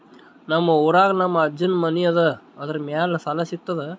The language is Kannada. ನಮ್ ಊರಾಗ ನಮ್ ಅಜ್ಜನ್ ಮನಿ ಅದ, ಅದರ ಮ್ಯಾಲ ಸಾಲಾ ಸಿಗ್ತದ?